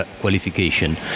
qualification